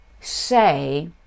say